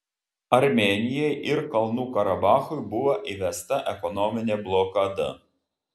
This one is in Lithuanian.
armėnijai ir kalnų karabachui buvo įvesta ekonominė blokada